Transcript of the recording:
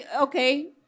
okay